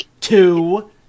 two